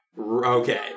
Okay